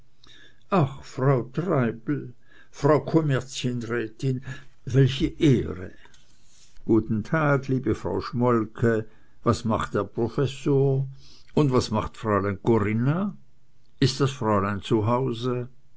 ach frau treibel frau kommerzienrätin welche ehre guten tag liebe frau schmolke was macht der professor und was macht fräulein corinna ist das fräulein